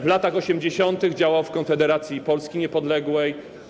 W latach 80. działał w Konfederacji Polski Niepodległej.